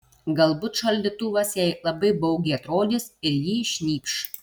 galbūt šaldytuvas jai labai baugiai atrodys ir ji šnypš